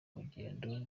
urugendo